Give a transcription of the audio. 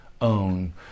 own